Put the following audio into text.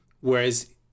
Whereas